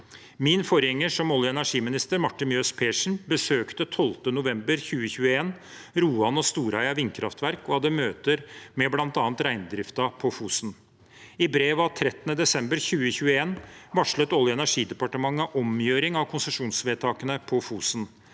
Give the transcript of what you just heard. Min forgjenger som olje- og energiminister, Marte Mjøs Persen, besøkte 12. november 2021 Roan og Storheia vindkraftverk og hadde møter med bl.a. reindriften på Fosen. I brev av 13. desember 2021 varslet Olje- og energidepartementet omgjøring av konsesjonsvedtakene på Fosen.